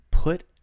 Put